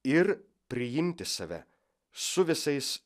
ir priimti save su visais